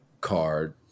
card